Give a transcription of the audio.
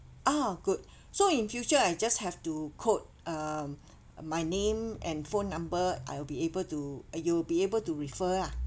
ah good so in future I just have to quote um my name and phone number I will be able to uh you'll be able to refer lah